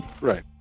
Right